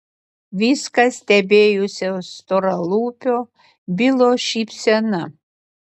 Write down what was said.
viską stebėjusio storalūpio bilo šypsena